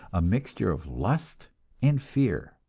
a mixture of lust and fear.